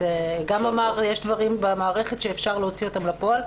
הוא אמר שיש דברים במערכת שאפשר להוציא אותם אל הפועל.